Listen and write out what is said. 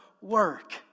work